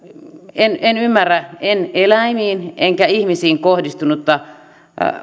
en en ymmärrä eläimiin enkä ihmisiin kohdistunutta